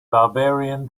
barbarian